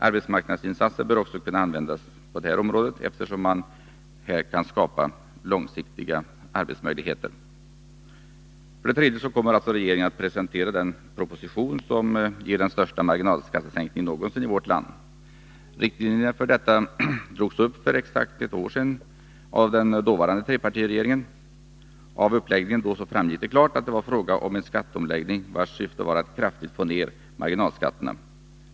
Arbetsmarknadsinsatser bör också kunna användas på detta område, eftersom man här kan skapa långsiktiga arbetsmöjligheter. För det tredje kommer regeringen att presentera den proposition som ger den största marginalskattesänkningen någonsin i vårt land. Riktlinjerna för detta drogs upp för exakt ett år sedan av den dåvarande trepartiregeringen. Av uppläggningen då framgick klart att det var fråga om en skatteomläggning vars syfte var att kraftigt få ned marginalskatterna.